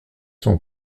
son